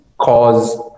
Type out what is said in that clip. cause